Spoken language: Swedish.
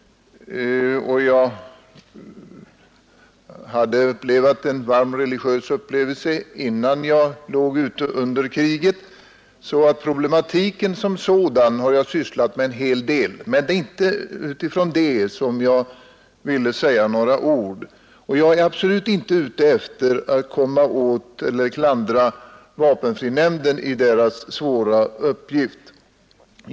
Jag hade haft en djup religiös upplevelse innan jag låg inkallad under kriget. Problematiken som sådan har jag således sysslat med en hel del. Det är dock inte utifrån detta som jag vill säga några ord. Jag vill inte heller komma åt eller klandra vapenfrinämnden i dess svåra uppgift.